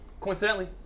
coincidentally